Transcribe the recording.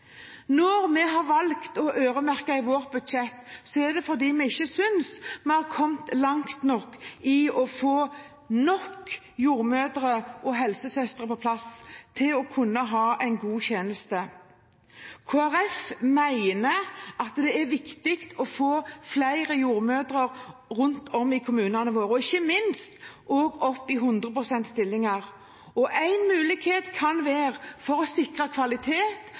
Når vi har valgt å øremerke i vårt budsjett, er det fordi vi ikke synes vi har kommet langt nok i å få på plass nok jordmødre og helsesøstre til å kunne ha en god tjeneste. Kristelig Folkeparti mener at det er viktig å få flere jordmødre rundt om i kommunene våre, og, ikke minst, også i 100 pst.-stillinger. Én mulighet for å sikre kvalitet og oppdatering til enhver tid kan være å